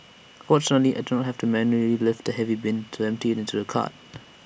fortunately I did not have to manually lift the heavy bin to empty IT into the cart